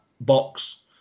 box